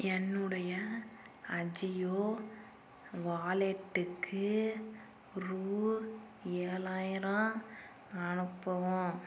என்னுடைய அஜியோ வாலெட்டுக்கு ரூ ஏழாயிரம் அனுப்பவும்